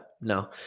no